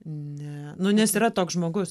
ne nu nes yra toks žmogus